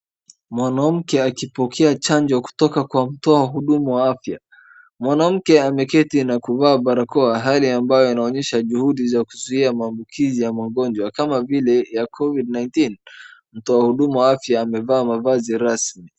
Mwanamke akipokea chanjo kutoka kwa mtoa huduma wa afya. Mwanamke ameketi na kuvaa barakoa hali ambayo inaonyesha juhudi za kuzuia maambukizi ya magonjwa kama vile ya Covid nineteen . Mtoa huduma wa afya amevaa mavazi rasmi.